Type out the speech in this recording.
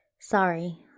sorry